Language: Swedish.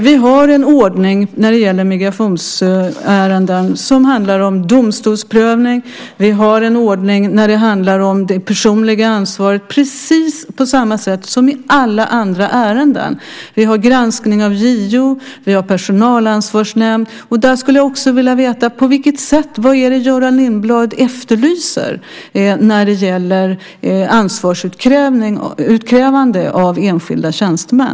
Vi har en ordning när det gäller migrationsärenden som handlar om domstolsprövning. Vi har en ordning när det handlar om det personliga ansvaret på precis samma sätt som i alla andra ärenden. Vi har granskning av JO. Vi har personalansvarsnämnd. Där skulle jag också vilja veta vad Göran Lindblad efterlyser när det gäller ansvarsutkrävande av enskilda tjänstemän.